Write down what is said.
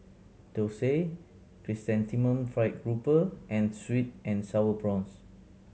Dosa Chrysanthemum Fried Grouper and sweet and Sour Prawns